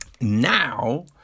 now